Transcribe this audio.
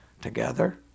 together